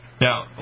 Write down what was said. Now